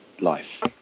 life